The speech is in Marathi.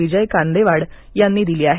विजय कांदेवाड यांनी दिली आहे